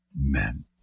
men